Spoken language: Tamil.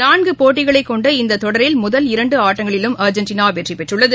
நான்குபோட்டிகளைக் கொண்ட இந்ததொடரில் முதல் இரண்டுஆட்டங்களிலும் அர்ஜெண்டினாவெற்றிபெற்றுள்ளது